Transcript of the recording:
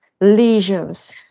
lesions